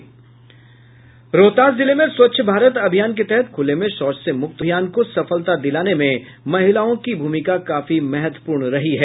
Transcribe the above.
रोहतास जिले में स्वच्छ भारत अभियान के तहत खुले में शौच मुक्त अभियान को सफलता दिलाने में महिलाओं की भूमिका काफी महत्वपूर्ण रही है